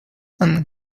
and